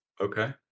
Okay